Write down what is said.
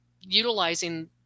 utilizing